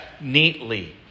neatly